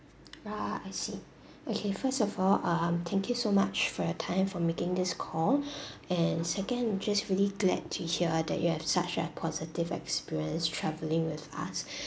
ah I see okay first of all um thank you so much for your time for making this call and second just really glad to hear that you have such a positive experience travelling with us